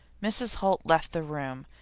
mrs. holt left the room,